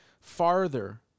farther